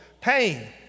pain